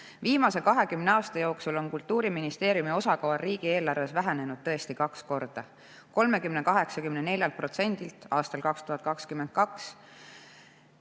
Viimase 20 aasta jooksul on Kultuuriministeeriumi osakaal riigieelarves vähenenud kaks korda: 3,84%-lt aastal 2002